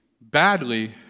badly